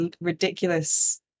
ridiculous